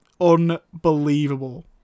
Unbelievable